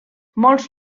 molts